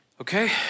Okay